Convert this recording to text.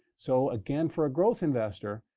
so again, for a growth investor,